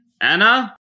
Anna